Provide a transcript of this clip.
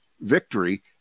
victory